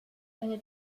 eine